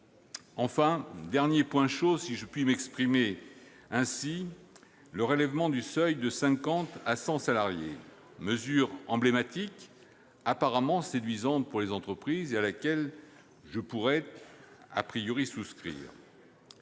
Enfin, dernier point chaud, si je puis m'exprimer ainsi, le relèvement du seuil de 50 à 100 salariés. C'était une mesure emblématique, apparemment séduisante pour les entreprises et à laquelle je pourrais souscrire.